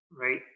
right